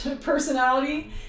personality